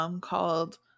called